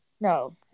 No